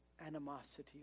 animosity